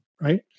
Right